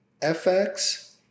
FX